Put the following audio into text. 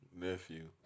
Nephew